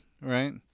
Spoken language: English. right